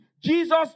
Jesus